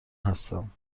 هستم